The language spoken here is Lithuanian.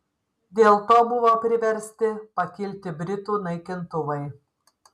dėl to buvo priversti pakilti britų naikintuvai